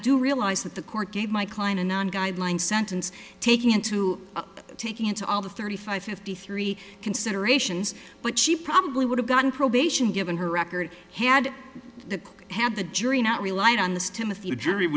do realize that the court gave my client a nine guideline sentence taking into taking into all the thirty five fifty three considerations but she probably would have gotten probation given her record had that had the jury not relied on the stim